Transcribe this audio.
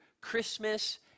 Christmas